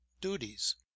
duties